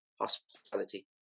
hospitality